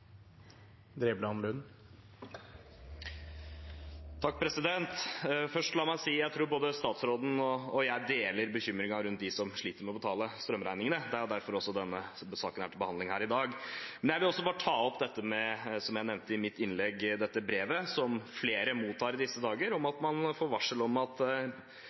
La meg først si at jeg tror både statsråden og jeg deler bekymringen for dem som sliter med å betale strømregningene. Det er også derfor denne saken er til behandling her i dag. Men jeg vil ta opp dette brevet som flere mottar i disse dager, som jeg nevnte i mitt innlegg, hvor man får varsel om at sosialhjelpen blir kuttet i den andre enden når man nå får